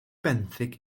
benthyg